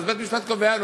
אז בית-המשפט קובע.